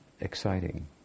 exciting